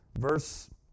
verse